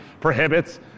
prohibits